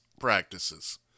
practices